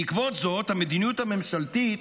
בעקבות זאת, המדיניות הממשלתית